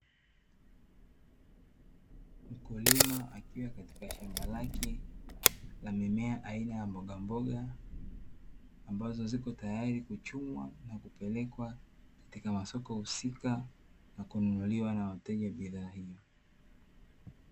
Mkulima akiwa katika shamba lake la mimea aina ya mbogamboga, ambazo ziko tayari kuchumwa na kupelekwa katika masoko husika, na kununuliwa na wateja bidhaa hiyo.